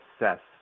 assess